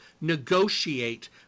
negotiate